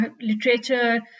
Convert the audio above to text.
literature